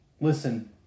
listen